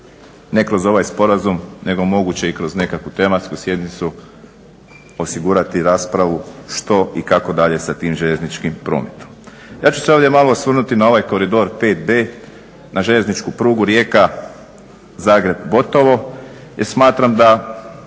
ne kroz ovaj sporazum nego moguće i kroz nekakvu tematsku sjednicu osigurati raspravu što i kako dalje sa tim željezničkim prometom. Ja ću se ovdje malo osvrnuti na ovaj koridor 5B na željezničku prugu Rijeka-Zagreb-Botovo jer smatram da